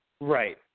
Right